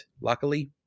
luckily